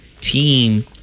team